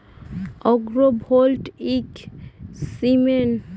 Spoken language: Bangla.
আগ্র ভোল্টাইক সিস্টেম হচ্ছে এক ধরনের প্রযুক্তি বিজ্ঞানে তৈরী চাষের ব্যবস্থা